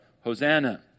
Hosanna